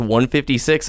156